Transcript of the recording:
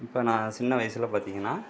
இப்போ நான் சின்ன வயசில் பார்த்தீங்கன்னா